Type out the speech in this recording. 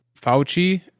Fauci